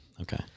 Okay